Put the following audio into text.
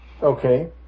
Okay